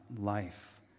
life